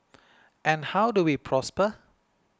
and how do we prosper